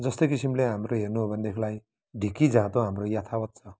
जस्तो किसिमले हाम्रो हेर्नु हो भन्देखिलाई ढिकी जाँतो हाम्रो यथावत् छ